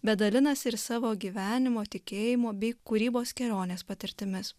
bet dalinasi ir savo gyvenimo tikėjimo bei kūrybos kelionės patirtimis